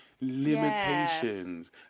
limitations